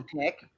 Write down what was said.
pick